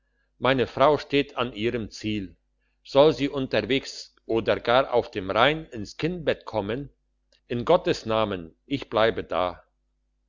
meine frau steht an ihrem ziel soll sie unterwegs oder gar auf dem rhein ins kindbett kommen in gottes namen ich bleibe da